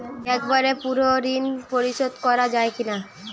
একবারে পুরো ঋণ পরিশোধ করা যায় কি না?